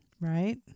right